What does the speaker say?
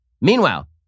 Meanwhile